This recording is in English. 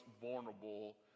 vulnerable